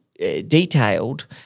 detailed